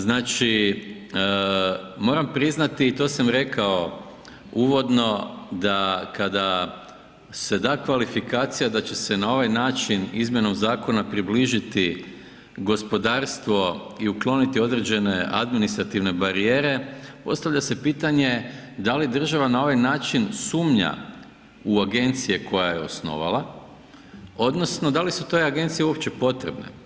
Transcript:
Znači moram priznati i to sam rekao uvodno da kada se da kvalifikacija da će se na ovaj način izmjenom zakona približiti gospodarstvo i ukloniti određene administrativne barijere, postavlja se pitanje da li država na ovaj način sumnja u agencije koje je osnovala, odnosno da li su te agencije uopće potrebne.